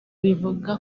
bivuze